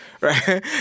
right